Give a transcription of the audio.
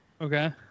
Okay